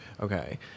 Okay